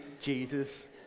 Jesus